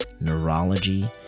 neurology